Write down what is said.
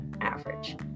average